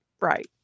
Right